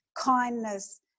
kindness